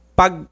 pag